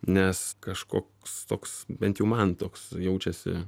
nes kažkoks toks bent jau man toks jaučiasi